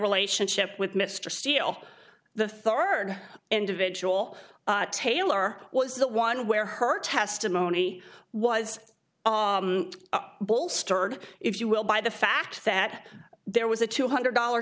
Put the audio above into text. relationship with mr steele the third individual taylor was the one where her testimony was bolstered if you will by the fact that there was a two hundred dollar